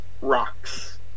rocks